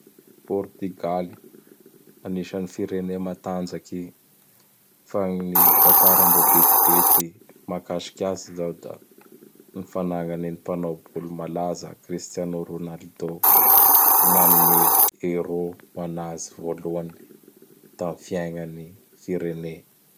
Pôrtigaly, anisan'ny firenea matanjaky fa gn ny tatara mbô betibety makasiky azy zao da gn fanagnany ny mpanao bôly malaza Cristiano Ronaldo nanome Euro anazay vôloany tam fiaignan'ny firene.